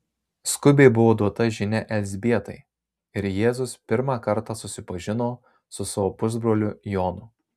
skubiai buvo duota žinia elzbietai ir jėzus pirmą kartą susipažino su savo pusbroliu jonu